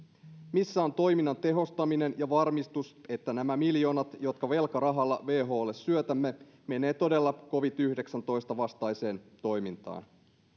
missä on toiminnan tehostaminen ja varmistus että nämä miljoonat jotka velkarahalla wholle syötämme menevät todella covid yhdeksäntoista vastaiseen toimintaan myöskään